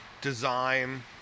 design